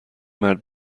مرد